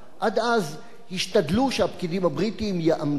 עד אז השתדלו שהפקידים הבריטים יעמדו